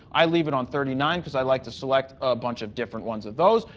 i leave it on thirty nine, because i like to select a bunch of different ones of those.